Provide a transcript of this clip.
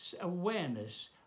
awareness